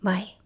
Bye